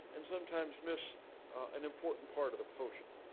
and sometimes miss an important part of the potion.